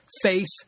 faith